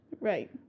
Right